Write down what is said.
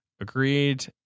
agreed